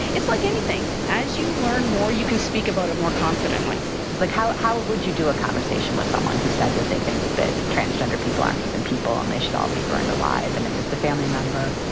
it's like anything. as you learn more, you can speak about it more confidently like how. how would you do a conversation with someone who said that they think that transgender people aren't even people and they should all be burned alive? and if it's a family member,